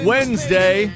Wednesday